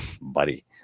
buddy